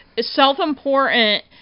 self-important